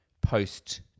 post